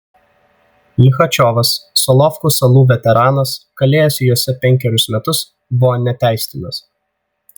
lichačiovas solovkų salų veteranas kalėjęs jose penkerius metus buvo neteistinas